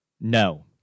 no